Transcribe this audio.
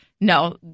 No